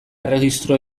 erregistro